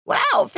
Wow